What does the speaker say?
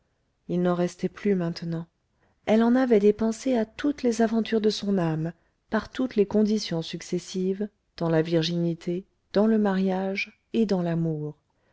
il n'en restait plus maintenant elle en avait dépensé à toutes les aventures de son âme par toutes les conditions successives dans la virginité dans le mariage et dans l'amour